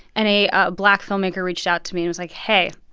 and a ah black filmmaker reached out to me and was like, hey,